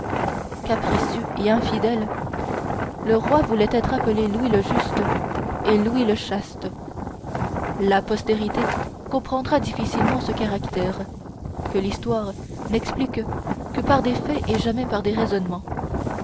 capricieux et infidèle le roi voulait être appelé louis le juste et louis le chaste la postérité comprendra difficilement ce caractère que l'histoire n'explique que par des faits et jamais par des raisonnements